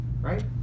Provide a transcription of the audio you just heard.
right